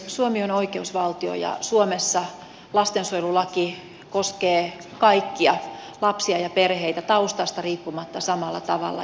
suomi on oikeusvaltio ja suomessa lastensuojelulaki koskee kaikkia lapsia ja perheitä taustasta riippumatta samalla tavalla